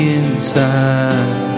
inside